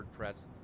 WordPress